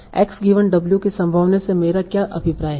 x given w की संभावना से मेरा क्या अभिप्राय है